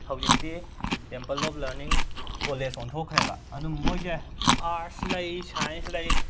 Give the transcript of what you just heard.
ꯍꯧꯖꯤꯛꯇꯤ temple of learning college ꯑꯣꯟꯊꯣꯛꯈ꯭ꯔꯦꯕ ꯑꯗꯨ ꯃꯣꯏꯁꯦ ꯑꯥꯔꯠꯁ ꯂꯩ ꯁꯥꯏꯟꯁ ꯂꯩ